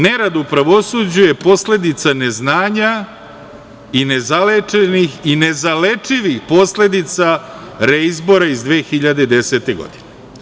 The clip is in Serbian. Nerad u pravosuđu je posledica neznanja i nezalečenih i nezalečivih posledica reizbora iz 2010. godine.